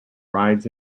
rides